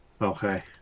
Okay